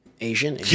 Asian